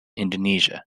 indonesia